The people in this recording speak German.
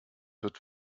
wird